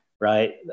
Right